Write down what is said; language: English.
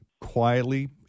quietly